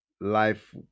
life